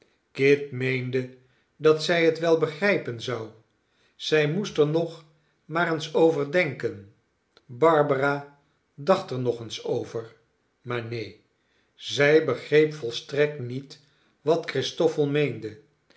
kit meende dat zij het wel begrijpen zou zij moest er nog maar eens over denken barbara dacht er nog eens over maar neen zij begreep volstrekt niet wat christoffel meende